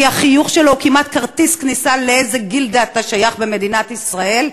כי החיוך שלו הוא כמעט כרטיס כניסה לאיזו גילדה אתה שייך במדינת ישראל,